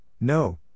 No